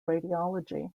radiology